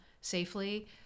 safely